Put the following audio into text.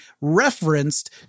referenced